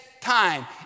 time